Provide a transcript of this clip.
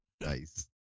nice